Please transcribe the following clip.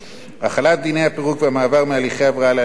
החלת דיני הפירוק והמעבר מהליכי הבראה להליכי פירוק,